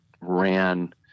ran